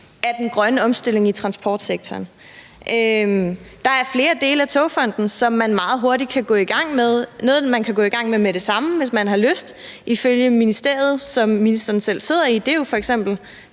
af den grønne omstilling i transportsektoren. Der er flere dele af Togfonden DK, som man meget hurtigt kan gå i gang med. Noget af det, man kan gå i gang med med det samme, hvis man har lyst, ifølge ministeriet, som ministeren selv sidder i, er jo